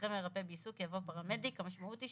אחרי ""מרפא בעיסוק"" יבוא ""פרמדיק"." המשמעות היא,